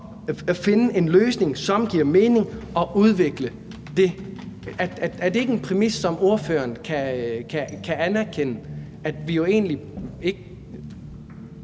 finde en løsning, som det giver mening at udvikle? Er det ikke en præmis, som ordføreren kan anerkende? Ja, det var